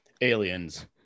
Aliens